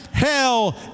hell